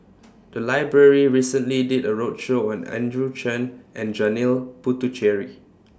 The Library recently did A roadshow on Andrew Chew and Janil Puthucheary